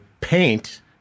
paint